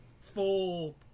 full